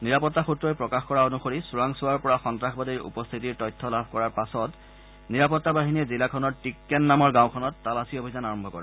নিৰাপত্তা সূত্ৰই প্ৰকাশ কৰা অনুসৰি চোৰাংচোৱাৰ পৰা সন্তাসবাদীৰ উপস্থিতিৰ তথ্য লাভ কৰাৰ পাছত নিৰাপত্তা বাহিনীয়ে জিলাখনৰ টিক্কেন নামৰ গাঁওখনত তালাচী অভিযান আৰম্ভ কৰে